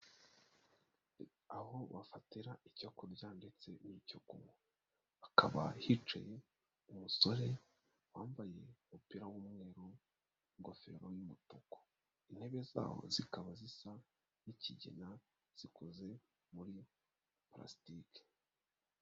Aho bafatira icyo kurya ndetse n'icyo kunywa. Hakaba hicaye umusore wambaye umupira w'umweru, ingofero y'umutuku. Intebe zaho zikaba zisa nk'ikigina zikoze muri parasitike.